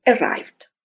arrived